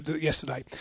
yesterday